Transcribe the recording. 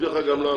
אסביר לך גם למה.